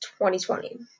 2020